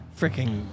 freaking